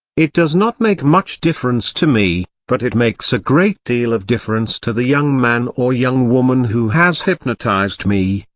it does not make much difference to me, but it makes a great deal of difference to the young man or young woman who has hypnotised me,